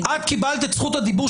ואני אומרת זאת בכאב,